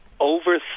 Over